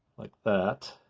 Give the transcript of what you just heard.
that.